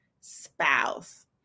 spouse